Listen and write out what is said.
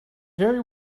very